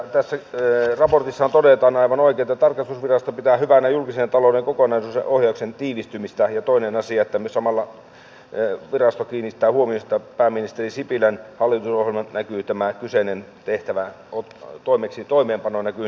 tässä raportissahan todetaan aivan oikein että tarkastusvirasto pitää hyvänä julkisen talouden kokonaisuuden ohjauksen tiivistymistä ja toinen asia on että samalla virasto kiinnittää huomiota pääministeri sipilän hallitusohjelmaan jossa tämän kyseisen tehtävän toimeenpano näkyy hyvin selvästi